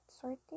Sorting